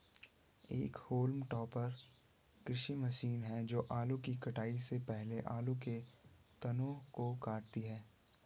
एक haulm topper कृषि मशीन है जो आलू की कटाई से पहले आलू के तनों को काटती है